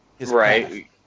right